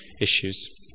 issues